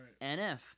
NF